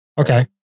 Okay